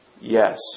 Yes